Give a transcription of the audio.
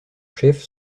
chef